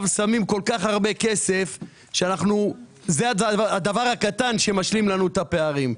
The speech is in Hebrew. שמים כל כך הרבה כסף וזה הדבר הקטן שמשלים לנו את הפערים.